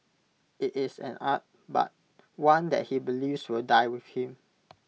IT is an art but one that he believes will die with him